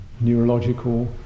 neurological